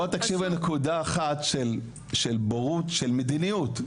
בואי תקשיבי לנקודה אחת של בורות, של מדיניות.